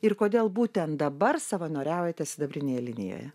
ir kodėl būtent dabar savanoriaujate sidabrinėje linijoje